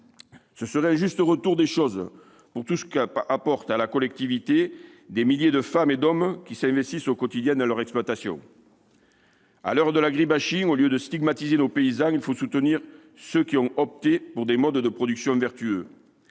Ce serait un juste retour des choses, pour tout ce qu'apportent à la collectivité les milliers de femmes et d'hommes qui s'investissent au quotidien dans leurs exploitations. À l'heure de l'agribashing, au lieu de stigmatiser nos paysans, il faut soutenir ceux qui ont opté pour des modes de production vertueux.